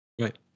Right